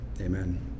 Amen